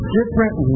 different